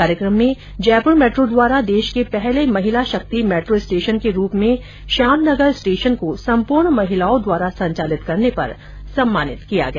कार्यकम में जयपुर मेट्रो द्वारा देश के पहले महिला शक्ति मेट्रो स्टेशन के रूप में श्याम नगर स्टेशन को सम्पूर्ण महिलाओं द्वारा संचालित करने पर सम्मानित किया गया